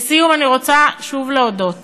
לסיום, אני רוצה שוב להודות